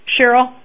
Cheryl